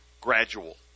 gradual